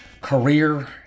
career